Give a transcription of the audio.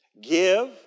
give